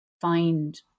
find